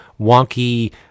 wonky